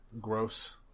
gross